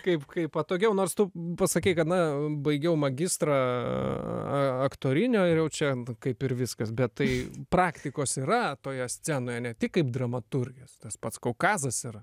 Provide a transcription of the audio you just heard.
kaip kaip patogiau nors tu pasakei gana baigiau magistrą aktorinio ir jau čia kaip ir viskas bet tai praktikos yra toje scenoje ne tik kaip dramaturgijos tas pats kaukazas yra